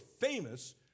famous